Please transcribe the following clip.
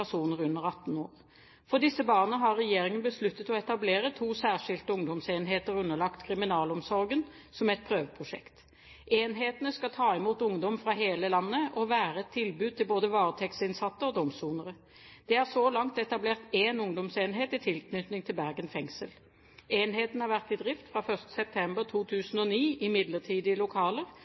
personer under 18 år. For disse barna har regjeringen besluttet å etablere to særskilte ungdomsenheter underlagt kriminalomsorgen som et prøveprosjekt. Enhetene skal ta imot ungdom fra hele landet og være et tilbud til både varetektsinnsatte og domssonere. Det er så langt etablert én ungdomsenhet i tilknytning til Bergen fengsel. Enheten har vært i drift fra 1. september 2009 i midlertidige lokaler